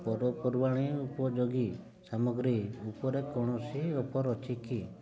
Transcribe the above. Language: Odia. ପର୍ବପର୍ବାଣୀ ଉପଯୋଗୀ ସାମଗ୍ରୀ ଉପରେ କୌଣସି ଅଫର୍ ଅଛି କି